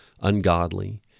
ungodly